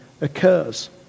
occurs